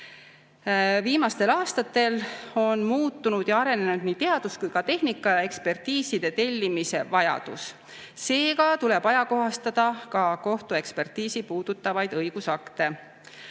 Viimasel ajal on arenenud nii teadus kui ka tehnika ja muutunud ekspertiiside tellimise vajadus. Seega tuleb ajakohastada ka kohtuekspertiisi puudutavaid õigusakte.